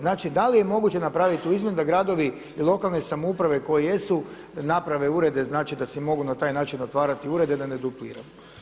Znači da li je moguće napraviti tu izmjenu da gradovi i lokalne samouprave koje jesu naprave urede, znači da si mogu na taj način otvarati urede da ne dupliramo.